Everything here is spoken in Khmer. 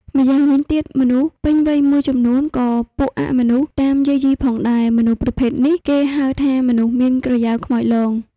ម្យ៉ាងវិញទៀតមនុស្សពេញវ័យមួយចំនូនក៏ពួកអមនុស្សតាមយាយីផងដែរមនុស្សប្រភេទនេះគេហៅថាមនុស្សមានក្រយ៉ៅខ្មោចលង